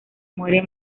muere